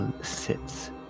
sits